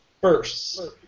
First